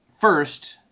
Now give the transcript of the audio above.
First